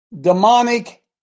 demonic